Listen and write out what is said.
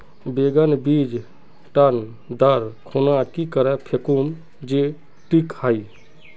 बैगन बीज टन दर खुना की करे फेकुम जे टिक हाई?